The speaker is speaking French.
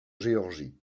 géorgie